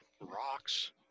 Rocks